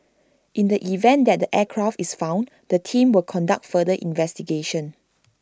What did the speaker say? in the event that the aircraft is found the team will conduct further investigation